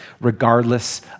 regardless